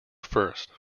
first